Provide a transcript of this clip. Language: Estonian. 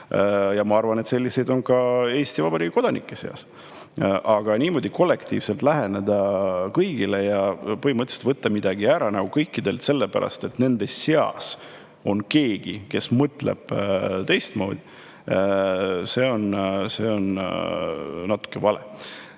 Ma arvan, et selliseid on ka Eesti Vabariigi kodanike seas. Aga niimoodi kollektiivselt läheneda kõigile ja põhimõtteliselt võtta midagi ära kõikidelt sellepärast, et nende seas on keegi, kes mõtleb teistmoodi, on natuke vale.